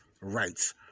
rights